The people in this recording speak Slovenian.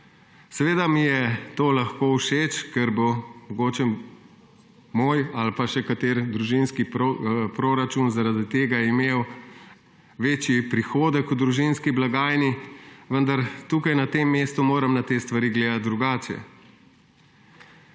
Seveda mi je to lahko všeč, ker bo mogoče moj ali pa še kateri družinski proračun zaradi tega imel večji prihodek v družinski blagajni, vendar moram tukaj, na tem mestu na te stvari gledati drugače.